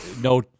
no